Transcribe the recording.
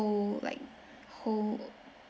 whole like whole